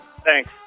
Thanks